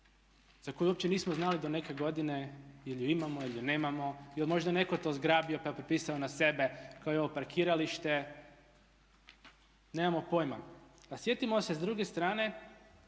za koju uopće nismo znali do neke godine ili je imamo ili je nemamo, jel' možda netko to zgrabio pa je prepisao na sebe kao i ovo parkiralište. Nemamo pojma. A sjetimo se s druge strane